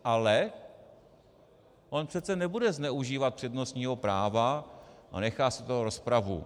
Ale on přece nebude zneužívat přednostního práva a nechá si to na rozpravu.